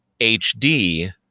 HD